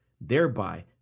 Thereby